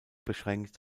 beschränkt